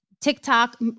TikTok